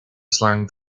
slam